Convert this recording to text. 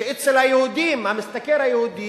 שאצל היהודים, המשתכר היהודי,